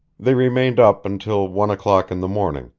they remained up until one o'clock in the morning,